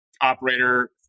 operator